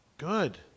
good